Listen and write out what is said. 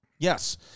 Yes